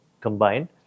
combined